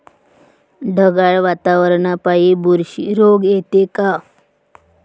ढगाळ वातावरनापाई बुरशी रोग येते का?